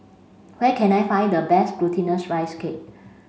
where can I find the best glutinous rice cake